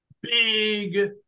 big